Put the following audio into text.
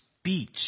speech